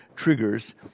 triggers